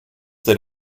that